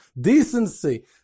decency